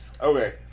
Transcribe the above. Okay